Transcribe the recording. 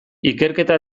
ikerketa